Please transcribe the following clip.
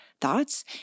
thoughts